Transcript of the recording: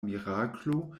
miraklo